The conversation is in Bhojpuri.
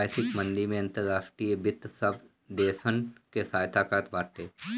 वैश्विक मंदी में अंतर्राष्ट्रीय वित्त सब देसन के सहायता करत बाटे